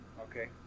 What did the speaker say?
okay